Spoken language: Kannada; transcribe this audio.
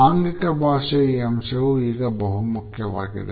ಆಂಗಿಕ ಭಾಷೆಯ ಈ ಅಂಶವು ಈಗ ಬಹುಮುಖ್ಯವಾಗಿದೆ